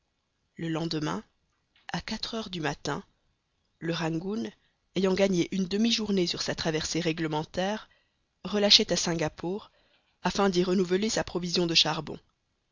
le lendemain à quatre heures du matin le rangoon ayant gagné une demi-journée sur sa traversée réglementaire relâchait à singapore afin d'y renouveler sa provision de charbon